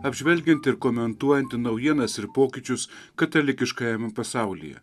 apžvelgiant ir komentuojant naujienas ir pokyčius katalikiškajame pasaulyje